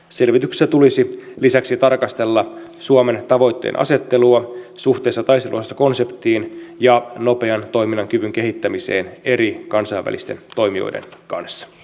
selvityksessä tulisi lisäksi tarkastella suomen tavoitteenasettelua suhteessa taisteluosastokonseptiin ja nopean toiminnan kyvyn kehittämiseen eri kansainvälisten toimijoiden kanssa